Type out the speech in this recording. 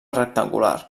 rectangular